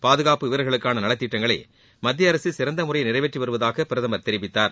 பாதுகாப்பு வீரர்களுக்கான நலத்திட்டங்களை மத்திய அரசு சிறந்த முறையில் நிறைவேற்றி வருவதாக பிரதமர் தெரிவித்தார்